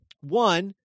One